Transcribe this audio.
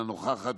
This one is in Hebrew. אינה נוכחת,